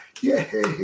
Yay